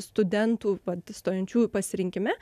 studentų vat stojančiųjų pasirinkime